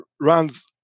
runs